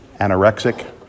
anorexic